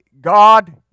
God